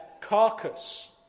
carcass